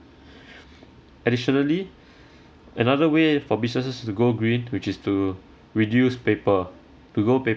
additionally another way for businesses to go green which is to reduce paper to go